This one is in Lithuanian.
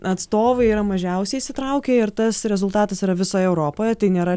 atstovai yra mažiausiai įsitraukę ir tas rezultatas yra visoj europoj tai nėra